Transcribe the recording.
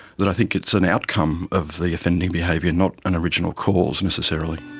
that i think it's an outcome of the offending behaviour not an original cause necessarily.